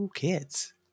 kids